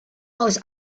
aus